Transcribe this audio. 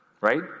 right